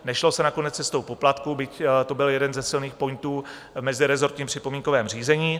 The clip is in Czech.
Nešlo se nakonec cestou poplatků, byť to byl jeden ze silných pointů v mezirezortním připomínkovém řízení.